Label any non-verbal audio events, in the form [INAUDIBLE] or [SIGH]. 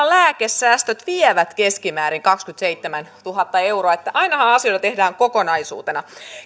[UNINTELLIGIBLE] lääkesäästöt vievät keskimäärin kaksikymmentäseitsemäntuhatta euroa että ainahan asioita tehdään kokonaisuutena